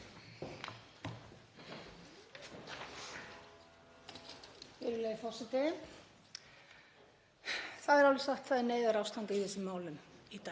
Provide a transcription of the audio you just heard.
Það er alveg satt, það er neyðarástand í þessum málum í dag,